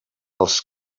els